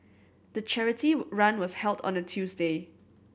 the charity run was held on a Tuesday